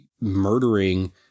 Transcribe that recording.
murdering